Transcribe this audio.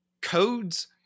codes